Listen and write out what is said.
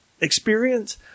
experience